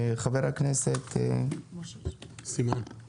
חבר הכנסת סימון,